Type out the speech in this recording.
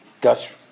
Gus